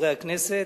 חברי הכנסת: